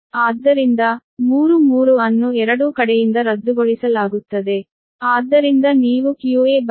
ಆದ್ದರಿಂದ 3 3 ಅನ್ನು ಎರಡೂ ಕಡೆಯಿಂದ ರದ್ದುಗೊಳಿಸಲಾಗುತ್ತದೆ